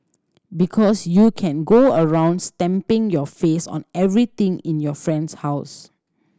because you can go around's stamping your face on everything in your friend's house